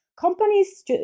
Companies